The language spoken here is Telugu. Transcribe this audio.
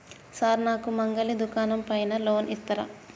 సార్ నాకు మంగలి దుకాణం పైన లోన్ ఇత్తరా?